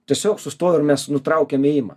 tiesiog sustoju ir mes nutraukiam ėjimą